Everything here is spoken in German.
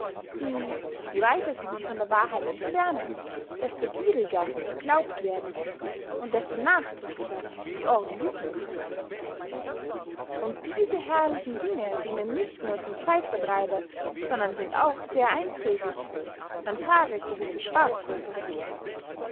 die je weiter sie sich von der wahrheit entfernen desto gieriger geglaubt werden und desto nachdrücklicher die ohren jücken machen und diese herrlichen dinge dienen nicht nur zum zeitvertreibe sondern sind auch sehr einträglich man frage gewisse schwarzröcke